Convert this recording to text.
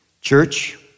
church